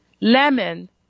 Lemon